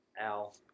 Al